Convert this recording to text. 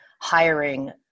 hiring